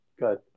Good